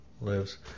lives